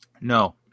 No